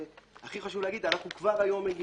והכי חשוב להגיד, כבר היום אנחנו מגיעים,